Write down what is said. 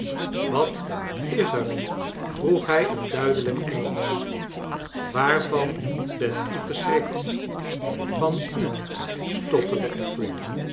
wat is er vroeg hij in duidelijk engelsch waarvan bent u geschrikt van u stotterde